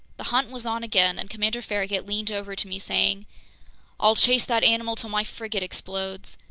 the hunt was on again, and commander farragut leaned over to me, saying i'll chase that animal till my frigate explodes!